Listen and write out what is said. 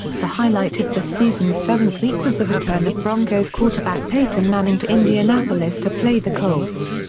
the highlight of the season's seventh week was the return of broncos quarterback peyton manning to indianapolis to play the colts.